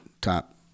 top